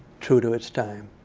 true to its time.